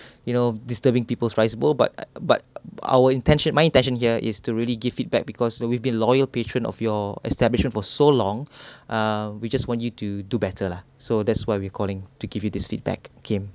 you know disturbing people's rice bowl but but our intention my intention here is to really give feedback because we've been loyal patron of your establishment for so long ah we just want you to do better lah so that's why we're calling to give you this feedback kim